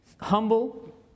humble